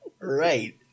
right